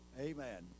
Amen